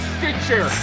Stitcher